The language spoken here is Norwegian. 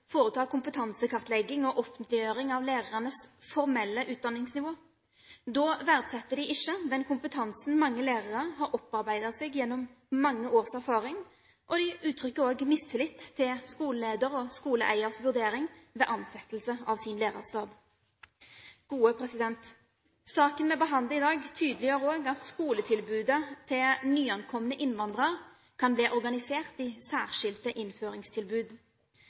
kompetansekartlegging og offentliggjøring av lærernes formelle utdanningsnivå. Da verdsetter de ikke den kompetansen mange lærere har opparbeidet seg gjennom mange års erfaring, og de uttrykker også mistillit til skoleleder og skoleeiers vurdering ved ansettelse av lærerstab. Saken vi behandler i dag, tydeliggjør også at skoletilbudet til nyankomne innvandrere kan bli organisert i særskilte innføringstilbud.